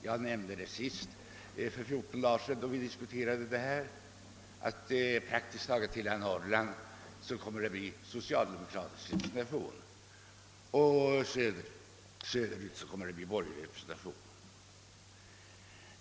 Jag nämnde senast för 14 dagar sedan när vi diskuterade detta spörsmål, att det under sådana förhållanden i praktiskt taget hela Norrland komme att bli socialdemokratisk representation medan det söderut komme att bli borgerlig representation.